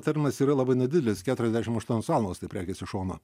terminas yra labai nedidelis keturiasdešimt aštuonios valandos taip regis iš šono